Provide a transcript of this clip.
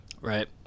right